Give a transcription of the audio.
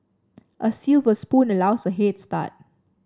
a silver spoon allows a head start